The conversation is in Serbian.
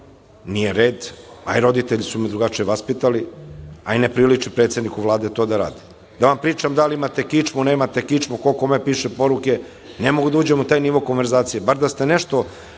nije red, a i roditelji su me drugačije vaspitali, a i ne priliči predsedniku Vlade da to radi. Da vam pričam da li imate kičmu, nemate kičmu, ko kome piše poruke, ne mogu da uđem u taj nivo konverzacije. Bar da ste nešto